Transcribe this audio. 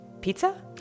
pizza